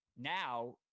now